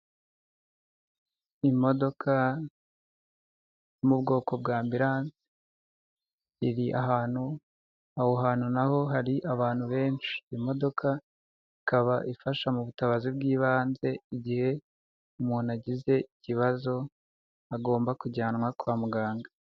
Imodoka yo mu bwoko bwa ambiranse, iri ahantu aho hantu na ho hari abantu benshi imodoka ikaba ifasha mu butabazi bw'ibanze igihe umuntu agize ikibazo agomba kujyanwa kwa muganga.